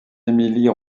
émilie